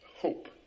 Hope